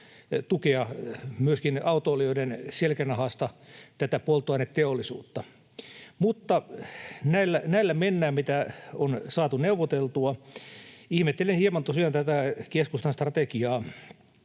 tukea myöskin autoilijoiden selkänahasta tätä polttoaineteollisuutta. Näillä mennään, mitä on saatu neuvoteltua. Ihmettelen hieman tosiaan tätä keskustan strategiaa